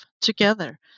together